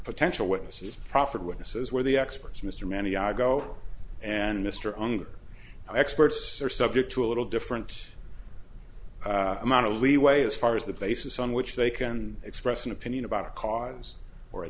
potential witnesses proffered witnesses where the experts mr many jago and mr unger experts are subject to a little different amount of leeway as far as the basis on which they can express an opinion about a cause or a